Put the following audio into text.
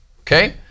Okay